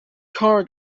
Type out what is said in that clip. car